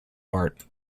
part